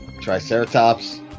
Triceratops